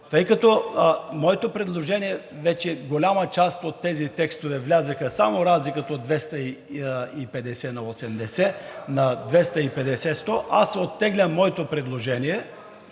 Тъй като моето предложение, вече голяма част от тези текстове влязоха, само разликата от 250 на 100, аз оттеглям моето предложение,